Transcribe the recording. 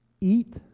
Eat